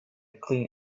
clean